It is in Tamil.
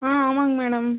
ஆ ஆமாங்க மேடம்